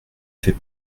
fait